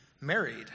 married